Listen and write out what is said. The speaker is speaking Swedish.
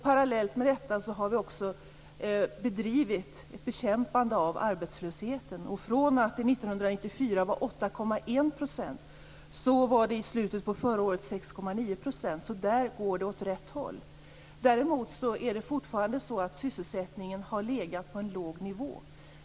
Parallellt med detta har vi också bedrivit ett bekämpande av arbetslösheten. Från att arbetslösheten 6,9 %. Det går alltså åt rätt håll med arbetslösheten. Däremot ligger sysselsättningen fortfarande på en låg nivå.